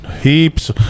Heaps